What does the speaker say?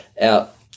out